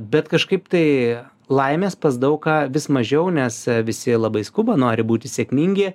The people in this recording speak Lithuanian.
bet kažkaip tai laimės pas daug ką vis mažiau nes visi labai skuba nori būti sėkmingi